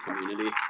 community